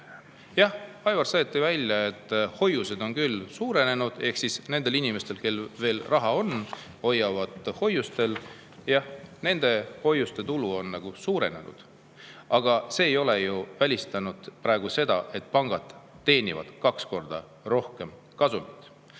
Jah, Aivar Sõerd tõi välja, et hoiused on küll suurenenud. Ehk siis nendel inimestel, kellel veel raha on ja kes hoiavad seda hoiustel, jah, on hoiuste tulu suurenenud. Aga see ei ole ju välistanud praegu seda, et pangad teenivad kaks korda rohkem kasumit.